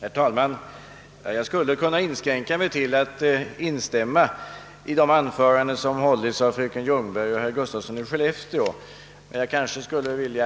Herr talman! Jag skulle kunna inskränka mig till att instämma i de anföranden som hållits av fröken Ljungberg och herr Gustafsson i Skellefteå, men jag vill